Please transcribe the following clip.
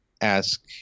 ask